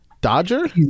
Dodger